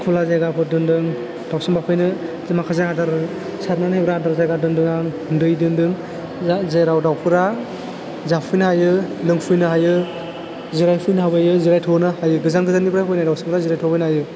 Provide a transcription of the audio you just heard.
खुला जायगाफोर दोनदों दावसिन बाफैनो माखासे आदार सारनानै होग्रा आदार जायगा दोनदों आं दै दोनदों जेराव दावफोरा जाफैनो हायो लोंफैनो हायो जिरायफैनो हाफैयो जिरायथ'नो हायो गोजान गोजाननिफ्राय फैनाय दावसिनफ्रा जिरायथ'फैनो हायो